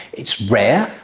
it's rare,